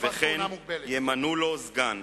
וכן ימנו לו סגן".